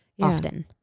often